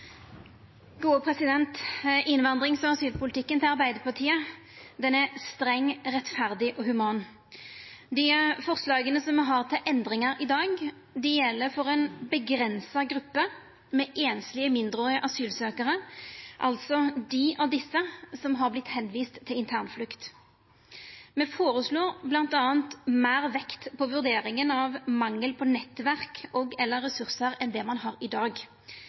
Innvandrings- og asylpolitikken til Arbeidarpartiet er streng, rettferdig og human. Dei forslaga som me har til endringar i dag, gjeld for ei avgrensa gruppe med einslege mindreårige asylsøkjarar, altså dei av desse som har vortne vist til internflukt. Me føreslår bl.a. meir vekt på vurderinga av mangel på nettverk og/eller ressursar enn det ein har i dag.